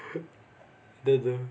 the the